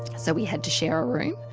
so we had to share a room.